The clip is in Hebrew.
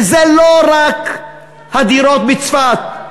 וזה לא רק הדירות בצפת.